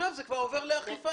אז זה עובר כבר לאכיפה.